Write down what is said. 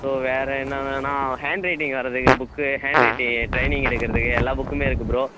வேறு என்னென்னனால் handwriting வரதுக்கு புக்கு ஹேண்ட் ரைட்டிங் டிரைனிங் எடுக்கிறதுக்கு எல்லா புக்குமே இருக்குது ப்ரோ